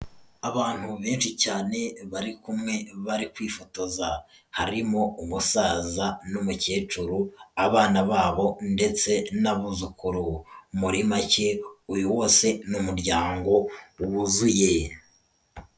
Abantu benshi cyane, bari kumwe bari kwifotoza. Harimo umusaza n'umukecuru, abana babo ndetse n'abuzukuru. Muri make, uyu wose ni umuryango wuzuye.